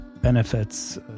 benefits